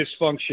dysfunction